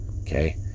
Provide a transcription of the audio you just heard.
Okay